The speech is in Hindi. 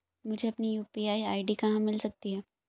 मुझे अपनी यू.पी.आई आई.डी कहां मिल सकती है?